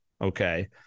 Okay